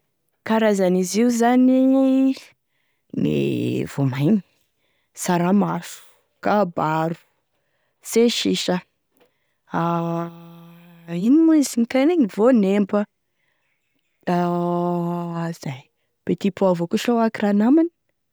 Karazany izy io zany gne voamaigny: e saramaso, kabaro, sesisa ino moa izy io kanegny, voanemba, da zay, petit pois avao koa sa hoa akoa raha namany.